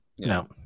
no